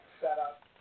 setup